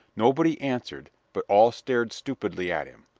nobody answered, but all stared stupidly at him.